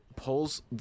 Pulls